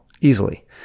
easily